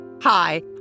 hi